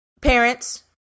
Parents